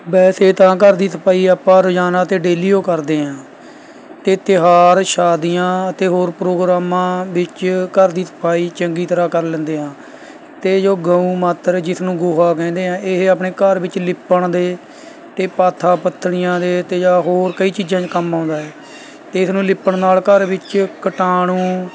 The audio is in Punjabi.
ਵੈਸੇ ਤਾਂ ਘਰ ਦੀ ਸਫਾਈ ਆਪਾਂ ਰੋਜ਼ਾਨਾ ਅਤੇ ਡੇਲੀ ਓ ਕਰਦੇ ਹਾਂ ਅਤੇ ਤਿਉਹਾਰ ਸ਼ਾਦੀਆਂ ਅਤੇ ਹੋਰ ਪ੍ਰੋਗਰਾਮਾਂ ਵਿੱਚ ਘਰ ਦੀ ਸਫਾਈ ਚੰਗੀ ਤਰ੍ਹਾਂ ਕਰ ਲੈਂਦੇ ਹਾਂ ਅਤੇ ਜੋ ਗਊ ਮਾਤਰ ਜਿਸ ਨੂੰ ਗੋਹਾ ਕਹਿੰਦੇ ਆ ਇਹ ਆਪਣੇ ਘਰ ਵਿੱਚ ਲਿਪਣ ਦੇ ਅਤੇ ਪਾਥਾ ਪੱਥਣੀਆਂ ਦੇ ਅਤੇ ਜਾਂ ਹੋਰ ਕਈ ਚੀਜ਼ਾਂ 'ਚ ਕੰਮ ਆਉਂਦਾ ਹੈ ਅਤੇ ਇਸ ਨੂੰ ਲਿਪਣ ਨਾਲ ਘਰ ਵਿੱਚ ਕੀਟਾਣੂ